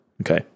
okay